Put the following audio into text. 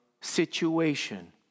situation